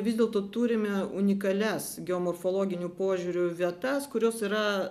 vis dėlto turime unikalias geomorfologiniu požiūriu vietas kurios yra